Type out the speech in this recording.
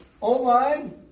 online